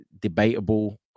debatable